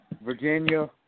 Virginia